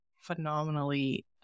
phenomenally